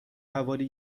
حوالی